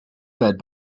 fed